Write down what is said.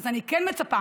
אז אני כן מצפה